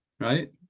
right